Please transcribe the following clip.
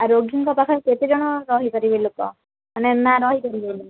ରୋଗୀଙ୍କ ପାଖରେ କେତେଜଣ ରହିପାରିବେ ଲୋକ ମାନେ ନା ରହିପାରିବେ